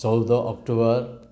चौध अक्टोबर